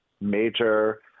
major